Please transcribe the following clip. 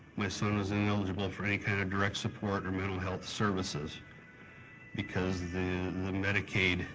my son was ineligible for any kind of direct support or mental health services because the medicaid